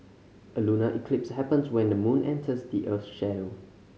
a lunar eclipse happens when the moon enters the earth's shadow